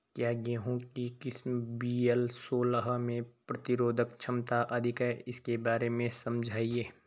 क्या गेहूँ की किस्म वी.एल सोलह में प्रतिरोधक क्षमता अधिक है इसके बारे में समझाइये?